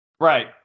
Right